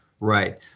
Right